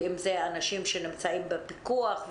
ואם אלו אנשים שנמצאים בפיקוח,